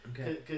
Okay